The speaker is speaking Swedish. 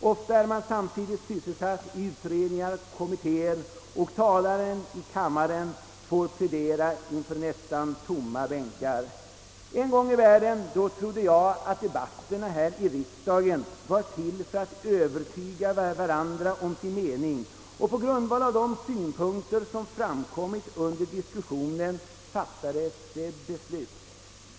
Ofta är man samtidigt sysselsatt i utredningar och kommittéer, och talaren i kammaren får plädera för nästan tomma bänkar. En gång i världen trodde jag, att debatterna här i riksdagen var till för att ledamöterna skulle övertyga varandra om sin mening och att besluten fattades på grundval av synpunkter som framkommit under diskussionen.